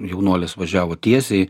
jaunuolis važiavo tiesiai